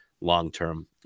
long-term